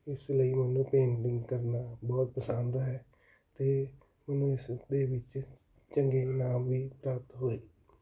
ਇਸ ਲਈ ਮੈਨੂੰ ਪੇਂਟਿੰਗ ਕਰਨਾ ਬਹੁਤ ਪਸੰਦ ਹੈ ਅਤੇ ਮੈਨੂੰ ਇਸ ਦੇ ਵਿੱਚ ਚੰਗੇ ਇਨਾਮ ਵੀ ਪ੍ਰਾਪਤ ਹੋਏ